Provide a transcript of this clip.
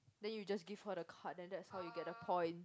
then you just give her the card then that's how you get the point